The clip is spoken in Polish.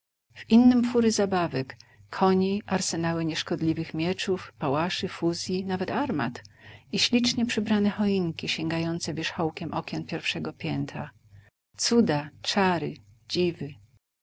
w innym fury zabawek koni arsenały nieszkodliwych mieczów pałaszy fuzji nawet armat i ślicznie przybrane choinki sięgające wierzchołkiem okien pierwszego piętra cuda czary dziwy